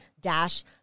dash